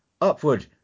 upward